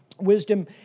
wisdom